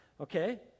okay